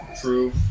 True